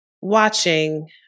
watching